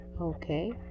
okay